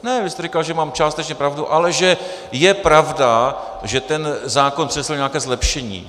Ne, vy jste říkal, že mám částečně pravdu, ale že je pravda, že ten zákon přinesl nějaké zlepšení.